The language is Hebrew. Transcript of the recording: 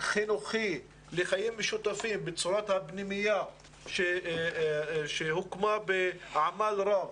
חינוכי לחיים משותפים בצורת הפנימייה שהוקמה בעמל רב